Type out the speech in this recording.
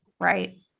Right